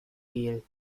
gel